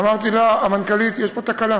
אמרתי לה: המנכ"לית, יש פה תקלה,